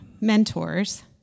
mentors